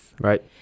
Right